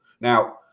now